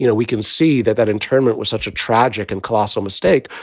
you know we can see that that internment was such a tragic and colossal mistake.